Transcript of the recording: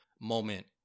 moment